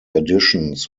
editions